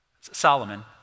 Solomon